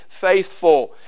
faithful